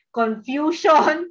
confusion